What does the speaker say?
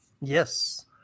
Yes